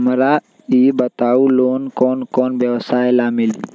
हमरा ई बताऊ लोन कौन कौन व्यवसाय ला मिली?